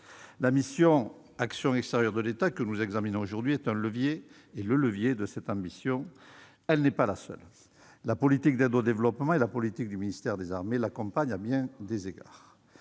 La mission « Action extérieure de l'État » que nous examinons aujourd'hui est le levier de cette ambition. Elle n'est pas la seule. La politique d'aide au développement et la politique du ministère des armées l'accompagnent à bien des égards.